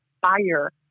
fire